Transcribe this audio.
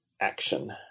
action